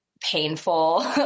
painful